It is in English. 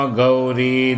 Gauri